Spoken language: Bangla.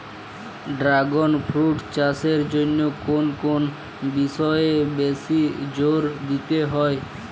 ড্রাগণ ফ্রুট চাষের জন্য কোন কোন বিষয়ে বেশি জোর দিতে হয়?